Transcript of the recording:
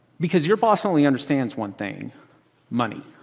because your boss only understands one thing money.